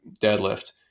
deadlift